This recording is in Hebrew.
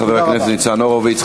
חבר הכנסת ניצן הורוביץ.